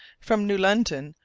from new london,